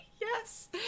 Yes